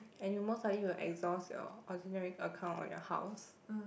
and you most likely will exhaust your ordinary account on your house